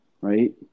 right